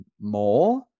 more